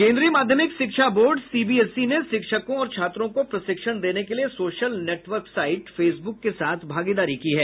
केंद्रीय माध्यमिक शिक्षा board C B S E ने शिक्षकों और छात्रों को प्रशिक्षण देने के लिए सोशल नेटवर्क साइट फेसबुक के साथ भागीदारी की है